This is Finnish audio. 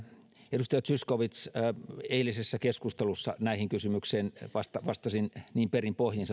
edustaja zyskowicz eilisessä keskustelussa näihin kysymyksiin vastasin vastasin niin perin pohjin